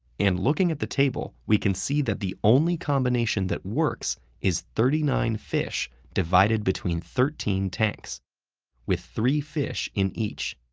and looking at the table, we can see that the only combination that works is thirty nine fish divided between thirteen tanks with three fish in each.